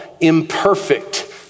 imperfect